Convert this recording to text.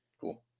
Cool